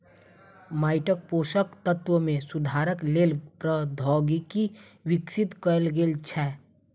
माइटक पोषक तत्व मे सुधारक लेल प्रौद्योगिकी विकसित कयल गेल छै